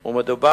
ומדובר